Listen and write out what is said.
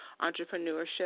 entrepreneurship